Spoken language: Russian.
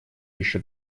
еще